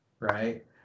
right